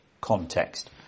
context